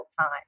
time